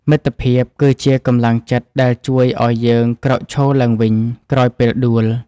មិត្តភាពគឺជាកម្លាំងចិត្តដែលជួយឱ្យយើងក្រោកឈរឡើងវិញក្រោយពេលដួល។